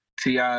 TI